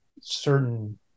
certain